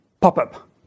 Pop-up